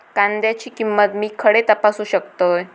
कांद्याची किंमत मी खडे तपासू शकतय?